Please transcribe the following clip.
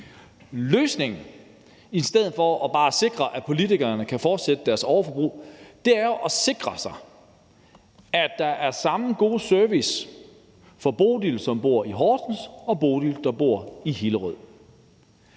Løsningen i stedet for bare at sikre, at politikerne kan fortsætte med deres overforbrug, er jo at sikre sig, at der er samme gode service for Bodil, som bor i Horsens, og Bodil, som bor i Hillerød.